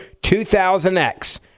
2000X